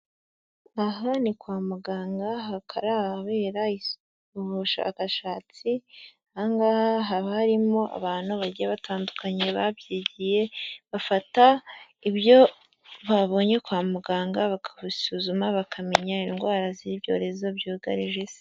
Aha ni kwa muganga hakaba ari ahabera ubushakashatsi, aha ngaha haba harimo abantu bagiye batandukanye babyigiye, bafata ibyo babonye kwa muganga bakabisuzuma bakamenya indwara z'ibyorezo byugarije isi.